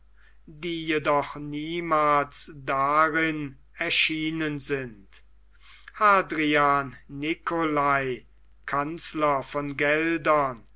die jedoch niemals darin erschienen sind hadrian nicolai kanzler von geldern